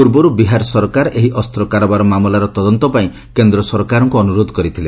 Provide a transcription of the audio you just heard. ପୂର୍ବର୍ ବିହାର ସରକାର ଏହି ଅସ୍ତ୍ର କାରବାର ମାମଲାର ତଦନ୍ତ ପାଇଁ କେନ୍ଦ୍ ସରକାରଙ୍କୁ ଅନୁରୋଧ କରିଥିଲେ